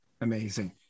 Amazing